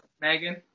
Megan